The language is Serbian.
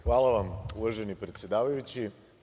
Hvala vam uvaženi predsedavajući.